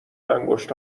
انگشت